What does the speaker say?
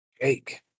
Jake